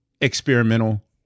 experimental